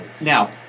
Now